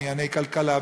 בענייני כלכלה,